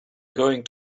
going